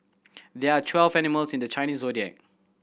there are twelve animals in the Chinese Zodiac